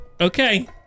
Okay